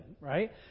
right